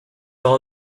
all